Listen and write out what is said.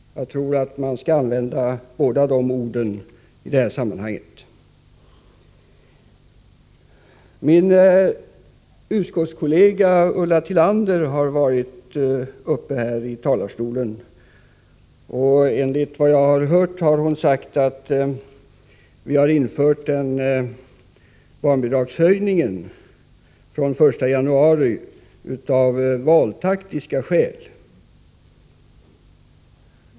Jag tror att man skall använda båda de orden i det här sammanhanget. Min utskottskollega Ulla Tillander har varit uppe i kammarens talarstol. Enligt vad jag har hört har hon sagt att regeringen har infört barnbidragshöjningen från 1 januari av valtaktiska skäl.